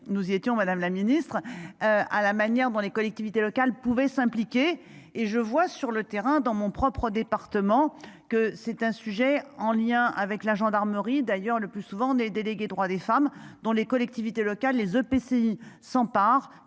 Nous y étions Madame la Ministre. À la manière dont les collectivités locales pouvait s'impliquer et je vois sur le terrain dans mon propre département que c'est un sujet en lien avec la gendarmerie, d'ailleurs le plus souvent des délégués Droits des femmes dont les collectivités locales les EPCI s'empare,